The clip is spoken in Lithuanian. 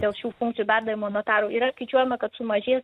dėl šių funkcjų perdavimo notarui yra skaičiuojama kad sumažės